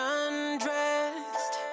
undressed